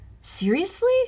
Seriously